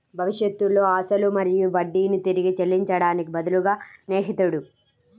భవిష్యత్తులో అసలు మరియు వడ్డీని తిరిగి చెల్లించడానికి బదులుగా స్నేహితుడు